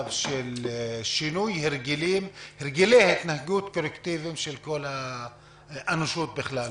מצב של שינוי הרגלי התנהגות קולקטיביים של כל האנושות בכלל.